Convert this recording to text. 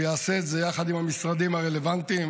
שיעשה את זה יחד עם המשרדים הרלוונטיים,